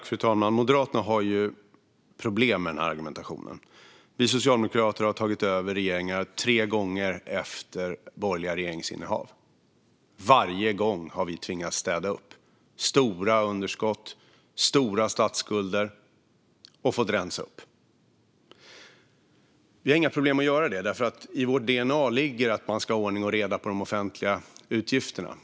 Fru talman! Moderaterna har ju problem med den här argumentationen. Vi socialdemokrater har tagit över tre gånger efter borgerliga regeringsinnehav, och varje gång har vi tvingats att städa upp stora underskott och stora statsskulder. Vi har fått rensa upp. Vi har inga problem att göra det, för det ligger i vårt dna att man ska ha ordning och reda på de offentliga utgifterna.